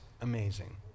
amazing